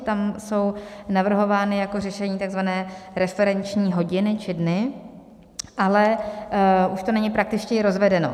Tam jsou navrhovány jako řešení takzvané referenční hodiny či dny, ale už to není praktičtěji rozvedeno.